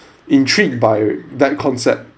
intrigued by that concept